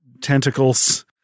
tentacles